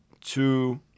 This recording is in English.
two